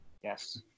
Yes